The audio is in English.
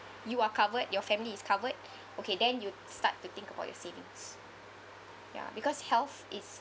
you are covered your family is covered okay then you start to think about your savings ya because health is